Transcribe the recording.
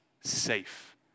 safe